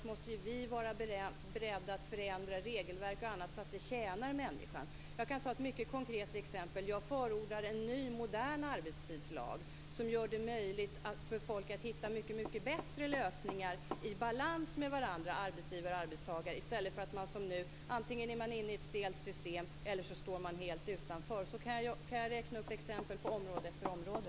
Då måste vi vara beredda att förändra regelverk och annat så att det tjänar människan. Jag kan ta ett mycket konkret exempel. Jag förordar en ny modern arbetstidslag som gör det möjligt för folk att hitta mycket bättre lösningar i balans med arbetsgivare och arbetstagare, i stället för att ha det som nu att man antingen är inne i ett stelt system eller man står helt utanför. Jag kan räkna upp exempel på område efter område.